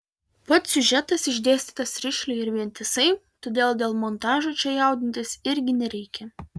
pats siužetas išdėstytas rišliai ir vientisai todėl dėl montažo čia jaudintis irgi nereikia